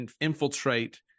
infiltrate